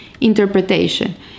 interpretation